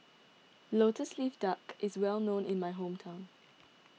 Lotus Leaf Duck is well known in my hometown